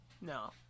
No